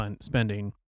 spending